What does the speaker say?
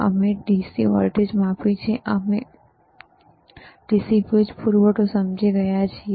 અમે DC voltage માપ્યું છે પછી અમે માપ્યું છે અમે DC વીજ પૂરવઠો સમજી ગયા છીએ